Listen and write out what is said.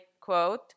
quote